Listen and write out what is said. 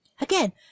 Again